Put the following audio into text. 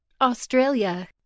Australia